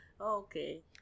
okay